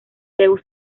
zeus